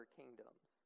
kingdoms